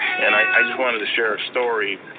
and i just wanted to share a story.